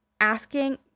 asking